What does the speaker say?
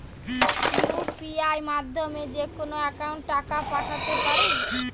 UPI মাধ্যমে যেকোনো একাউন্টে টাকা পাঠাতে পারি?